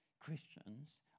Christians